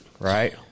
right